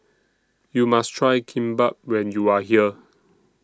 YOU must Try Kimbap when YOU Are here